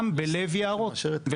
גם בלב יערות.